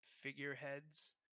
figureheads